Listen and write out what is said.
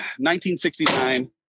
1969